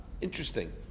Interesting